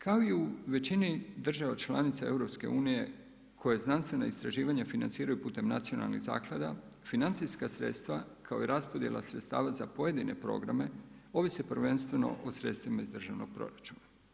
Kao i u većini država članica Europske unije koja znanstvena istraživanja financiraju putem nacionalnih zaklada financijska sredstva kao i raspodjela sredstava za pojedine programe ovise prvenstveno o sredstvima iz državnog proračuna.